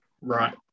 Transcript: Right